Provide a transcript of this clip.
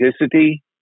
authenticity